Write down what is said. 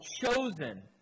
chosen